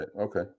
okay